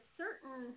certain